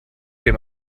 dem